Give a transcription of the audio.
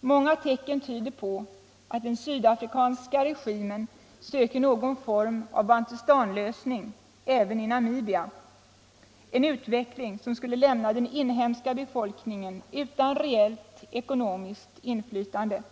Många tecken tyder på att den sydafrikanska regimen söker någon form av Bantustanlösning även i Namibia, en utveckling som skulle lämna den inhemska befolkningen utan reellt ekonomiskt inflytande.